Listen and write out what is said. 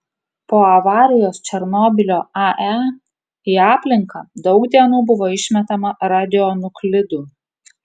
po avarijos černobylio ae į aplinką daug dienų buvo išmetama radionuklidų